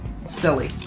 Silly